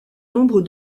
nombre